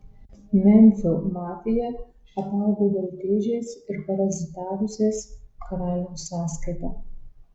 memfio mafija apaugo veltėdžiais ir parazitavusiais karaliaus sąskaita